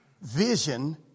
vision